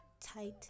tight